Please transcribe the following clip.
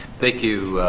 thank you,